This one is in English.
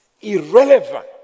irrelevant